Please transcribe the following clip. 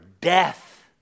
death